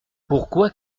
pourquoi